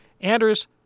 Anders